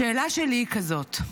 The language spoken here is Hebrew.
השאלה שלי היא כזאת: